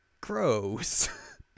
Gross